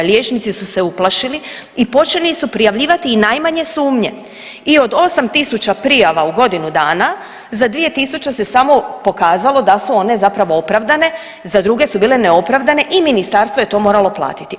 Liječnici su se uplašili i počeli su prijavljivati i najmanje sumnje i od 8.000 prijava u godinu dana za 2.000 se samo pokazalo da su one zapravo opravdane, za druge su bile neopravdane i ministarstvo je to moralo platiti.